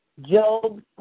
Job